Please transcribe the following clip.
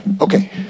Okay